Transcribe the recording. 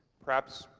perhaps,